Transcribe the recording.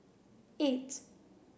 eight